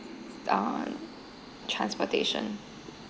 on transportation